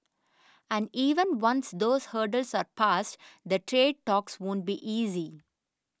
and even once those hurdles are pass the trade talks won't be easy